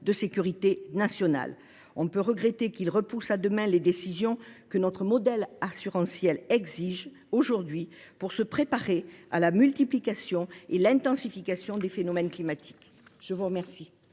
de sécurité nationale. On peut regretter que ce texte remette à demain les décisions que notre modèle assurantiel exige aujourd’hui pour se préparer à la multiplication et à l’intensification des phénomènes climatiques. La parole